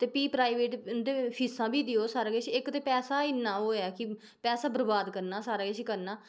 ते फ्ही प्राइवेट उं'दे फीसां बी देओ सारा किश इक ते पैसा इन्ना ओह् कि पैसा बरबाद करना सारा किश करना